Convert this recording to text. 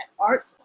art